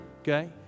okay